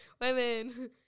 Women